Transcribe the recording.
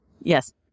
Yes